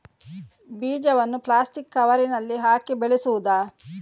ಬೀಜವನ್ನು ಪ್ಲಾಸ್ಟಿಕ್ ಕವರಿನಲ್ಲಿ ಹಾಕಿ ಬೆಳೆಸುವುದಾ?